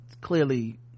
clearly